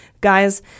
Guys